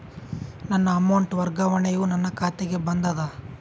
ನನ್ನ ಅಮೌಂಟ್ ವರ್ಗಾವಣೆಯು ನನ್ನ ಖಾತೆಗೆ ಬಂದದ